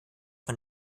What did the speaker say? von